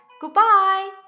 Goodbye